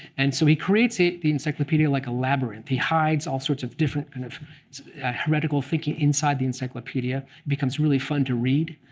and so he created the encyclopedie like a labyrinth. he hides all sorts of different kind of heretical thinking inside the encyclopedie. it ah becomes really fun to read.